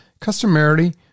customarily